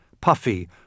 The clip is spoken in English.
puffy